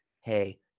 hey